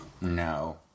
No